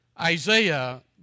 Isaiah